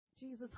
Jesus